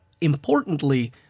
importantly